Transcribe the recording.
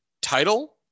title